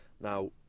now